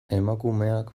emakumeak